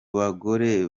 bagore